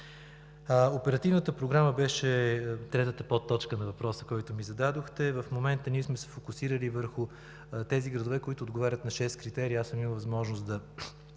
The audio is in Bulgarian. Оперативната програма беше третата подточка на въпроса, който ми зададохте. В момента сме се фокусирали върху тези градове, които отговарят на шест критерия. Имал съм възможност да